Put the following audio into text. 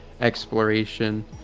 exploration